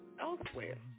elsewhere